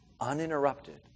Uninterrupted